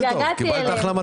תודה.